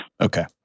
Okay